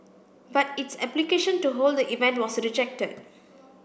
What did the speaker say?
but its application to hold the event was rejected